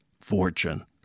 fortune